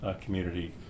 community